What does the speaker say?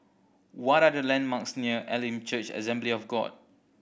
what are the landmarks near Elim Church Assembly of God